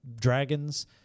dragons